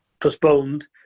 postponed